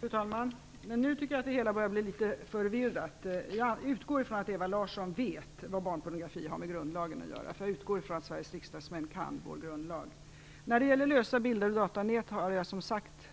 Fru talman! Nu tycker jag att det hela börjar bli litet förvirrat. Jag utgår från att Ewa Larsson vet vad barnpornografi har med grundlagen att göra. Jag utgår från att Sveriges riksdagsmän kan vår grundlag. När det gäller lösa bilder på datanät går det, som jag sagt,